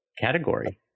category